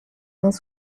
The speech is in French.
mains